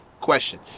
question